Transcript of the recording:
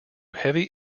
heavy